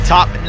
Top